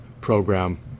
program